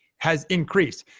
has increased.